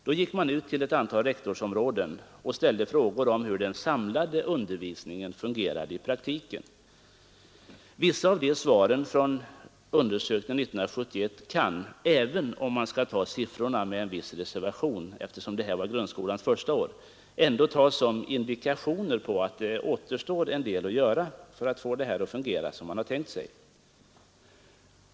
Då gick man ut till ett antal rektorsområden och ställde frågor om hur den samlade undervisningen fungerade i praktiken. Vissa av svaren från undersökningen 1971 kan, även om man skall ta siffrorna med en viss reservation eftersom det här var grundskolans första år, tas som indikationer på att det återstår en del att göra för att få det hela att fungera som man hade tänkt sig.